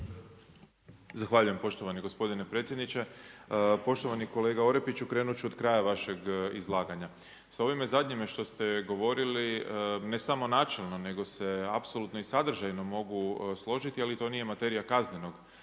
Zahvaljujem poštovani gospodine predsjedniče. Poštovani kolega Orepiću, krenuti ću od kraja vašeg izlaganja. S ovime zadnjim što ste govorili, ne samo načelno, nego se apsolutno i sadržajno mogu složiti ali to nije materija kaznenog